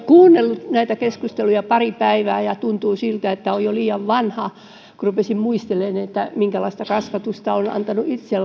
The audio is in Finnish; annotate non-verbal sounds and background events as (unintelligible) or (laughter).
kuunnellut näitä keskusteluja pari päivää ja alkoi tuntua siltä että olen jo liian vanha kun rupesin muistelemaan minkälaista kasvatusta olen antanut itse (unintelligible)